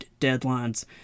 deadlines